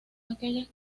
aquellas